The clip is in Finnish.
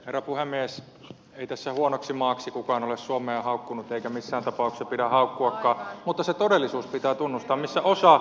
ei tässä huonoksi maaksi kukaan ole suomea haukkunut eikä missään tapauksessa pidä haukkuakaan mutta se todellisuus pitää tunnustaa missä osa